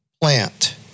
plant